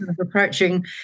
approaching